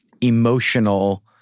emotional